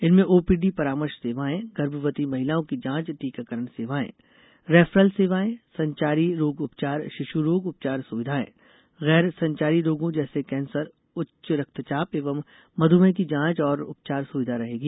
इनमें ओपीडी परामर्श सेवाएँ गर्भवती महिलाओं की जाँच टीकाकरण सेवाएं रेफरल सेवाऐं संचारी रोग उपचार शिशु रोग उपचार सुविधायें गैर संचारी रोगों जैसे कैंसर उच्च रक्तचाप एवं मध्मेह की जांच और उपचार सुविधा रहेगी